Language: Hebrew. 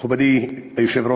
הפתיחה.) מכובדי היושב-ראש,